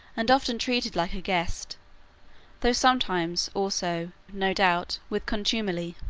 and often treated like a guest though sometimes, also, no doubt, with contumely.